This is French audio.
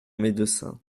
médecin